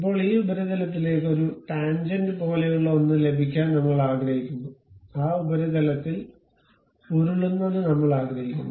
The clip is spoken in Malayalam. ഇപ്പോൾ ഈ ഉപരിതലത്തിലേക്ക് ഒരു ടാൻജെന്റ് പോലെയുള്ള ഒന്ന് ലഭിക്കാൻ നമ്മൾ ആഗ്രഹിക്കുന്നു ആ ഉപരിതലത്തിൽ ഉരുളുന്നത് നമ്മൾ ആഗ്രഹിക്കുന്നു